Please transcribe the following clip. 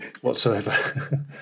whatsoever